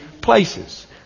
places